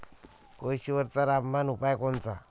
कोळशीवरचा रामबान उपाव कोनचा?